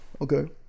Okay